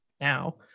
now